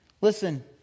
Listen